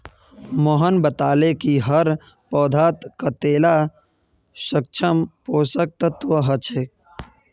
मोहन बताले कि हर पौधात कतेला सूक्ष्म पोषक तत्व ह छे